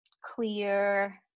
clear